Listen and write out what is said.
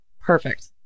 Perfect